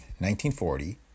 1940